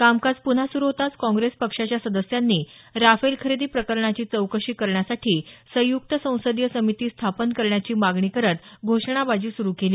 कामकाज पुन्हा सुरु होताच काँग्रेस पक्षाच्या सदस्यांनी राफेल खरेदी प्रकरणाची चौकशी करण्यासाठी संयुक्त संसदीय समिती स्थापन करण्याची मागणी करत घोषणाबाजी सुरु केली